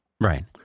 Right